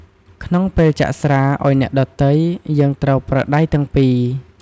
ក្នុងពេលចាក់ស្រាអោយអ្នកដ៏ទៃ យើងត្រូវប្រើដៃទាំងពីរ។